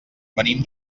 venim